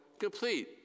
complete